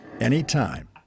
anytime